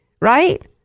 right